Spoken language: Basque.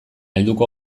helduko